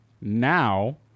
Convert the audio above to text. now